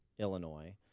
Illinois